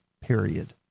period